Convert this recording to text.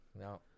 No